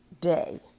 day